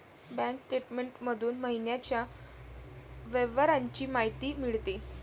bank statement मधून महिन्याच्या व्यवहारांची माहिती मिळते